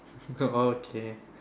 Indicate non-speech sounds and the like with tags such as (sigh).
(laughs) okay